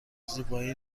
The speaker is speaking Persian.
زیبایی